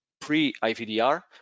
pre-IVDR